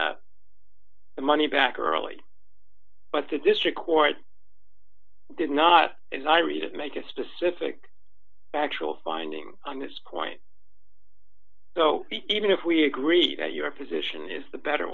pay the money back early but the district court did not and i read it make a specific factual finding on this client so even if we agree that your position is the better